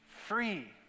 Free